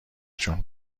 جون